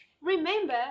remember